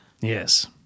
Yes